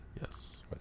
yes